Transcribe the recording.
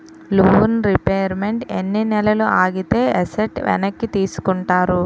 Loan repayment ఎన్ని నెలలు ఆగితే ఎసట్ వెనక్కి తీసుకుంటారు?